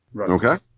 Okay